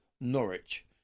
Norwich